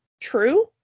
true